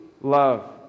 love